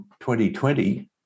2020